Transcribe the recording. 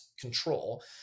control